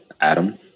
Adam